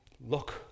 look